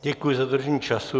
Děkuji za dodržení času.